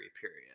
period